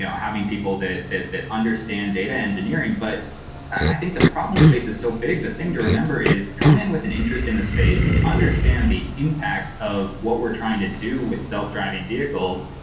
yeah having people that that understand data engineering, but i think the problems space is so big. the thing to remember is come in with an interest in the space. understand the impact of what we're trying to do with self-driving vehicles,